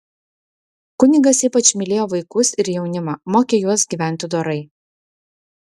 kunigas ypač mylėjo vaikus ir jaunimą mokė juos gyventi dorai